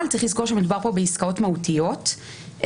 אבל צריך לזכור שמדובר פה בעסקאות מהותיות ולכן